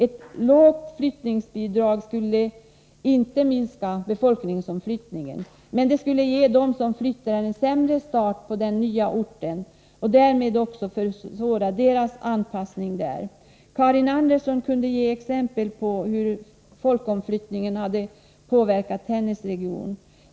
Ett lågt flyttningsbidrag skulle inte minska befolkningsomflyttningen, men det skulle ge dem som flyttar en sämre start på den nya orten och därmed också försvåra deras anpassning där. Karin Andersson kunde ge exempel på hur folkomflyttningen hade påverkat hennes region.